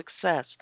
Success